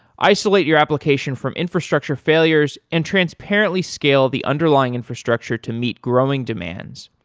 isolate your application from infrastructure failures and transparently scale the underlying infrastructure to meet growing demands,